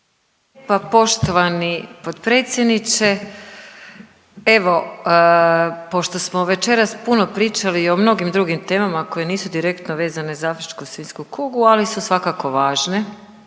poštovani potpredsjedniče. Evo pošto smo večeras puno pričali o mnogim drugim temama koje nisu direktno vezane za afričku svinjsku kugu, ali su svakako važne,